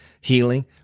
healing